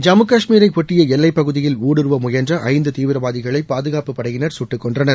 ஜம்மு காஷ்மீரை ஒட்டிய எல்லைப் பகுதியில் ஊடுருவ முயன்ற ஐந்து தீவிரவாதிகளை பாதுகாப்புப் படையினர் சுட்டுக் கொன்றனர்